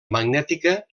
magnètica